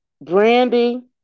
Brandy